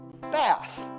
bath